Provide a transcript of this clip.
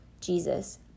Jesus